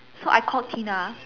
so I called Sabrina